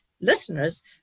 listeners